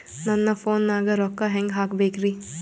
ನನ್ನ ಫೋನ್ ನಾಗ ರೊಕ್ಕ ಹೆಂಗ ಹಾಕ ಬೇಕ್ರಿ?